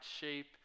shape